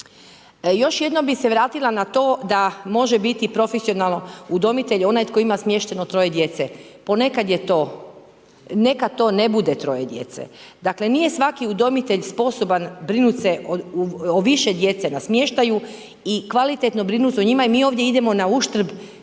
Još jednom bi se vratila na to, da može biti profesionalno udomitelj, onaj tko ima smješteno 3 djece. Ponekad je to, neka to ne bude 3 djece, dakle, nije svaki udomitelj sposoban brinuti se o više djece na smještaju i kvalitetno brinuti se o njima, jer mi ovdje idemo na uštrb